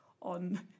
on